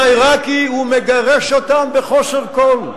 יום בהיר קם השלטון העירקי ומגרש אותם בחוסר כול.